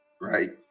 right